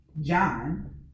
John